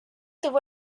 tuvo